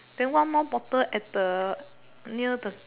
then one more bottle at the near the